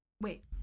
Wait